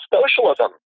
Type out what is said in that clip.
socialism